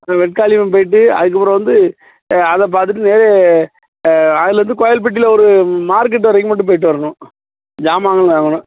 அந்த வெக்காளியம்மன் போய்ட்டு அதுக்கப்புறம் வந்து அதை பார்த்துட்டு அதிலேருந்து கோயில்பட்டியில் ஒரு மார்க்கெட் வரைக்கும் மட்டும் போய்ட்டு வரணும் சாமான்லாம் வாங்கணும்